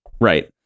right